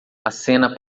acena